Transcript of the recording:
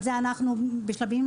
את זה אנחנו בשלבים,